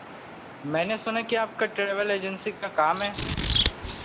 मैंने सुना है कई ट्रेवल एजेंसी का काम है